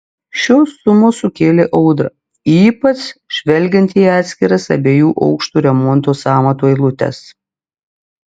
šios sumos sukėlė audrą ypač žvelgiant į atskiras abiejų aukštų remonto sąmatų eilutes